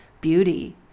beauty